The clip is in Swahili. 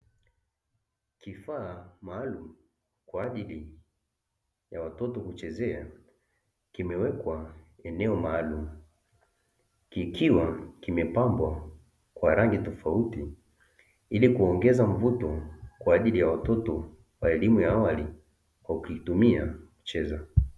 Kifaa maalumu kwa ajili ya watoto kuchezea, kimewekwa eneo maalumu, kikiwa kimepambwa kwa rangi tofauti ili kuongeza mvuto kwa ajili ya watoto wa elimu ya awali kwa kukitumia kucheza.